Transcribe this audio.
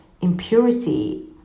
impurity